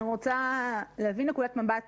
אני רוצה להביא נקודת מבט